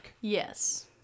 Yes